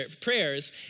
prayers